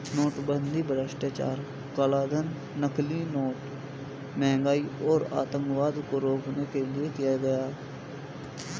नोटबंदी भ्रष्टाचार, कालाधन, नकली नोट, महंगाई और आतंकवाद को रोकने के लिए किया गया